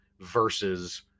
versus